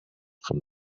from